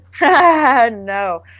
no